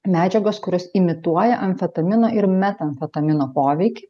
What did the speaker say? medžiagos kurios imituoja amfetamino ir metamfetamino poveikį